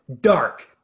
dark